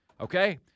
Okay